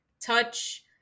touch